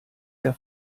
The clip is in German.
der